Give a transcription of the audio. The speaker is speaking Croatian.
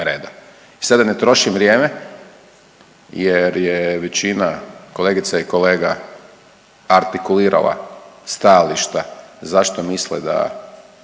I sad da ne trošim vrijeme jer je većina kolegica i kolega artikulirala stajališta zašto misle da